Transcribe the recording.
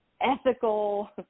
ethical